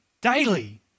daily